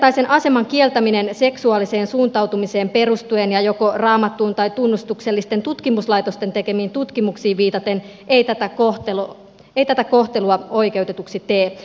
yhdenvertaisen aseman kieltäminen seksuaaliseen suuntautumiseen perustuen ja joko raamattuun tai tunnustuksellisten tutkimuslaitosten tekemiin tutkimuksiin viitaten ei tätä kohtelua oikeutetuksi tee